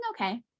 okay